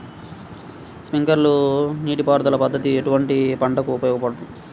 Sprinkler నీటిపారుదల పద్దతి ఎటువంటి పంటలకు ఉపయోగపడును?